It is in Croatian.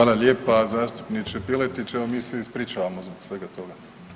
Hvala lijepa zastupniče Piletić, evo mi se ispričavamo zbog svega toga.